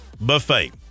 Buffet